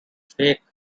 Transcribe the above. fake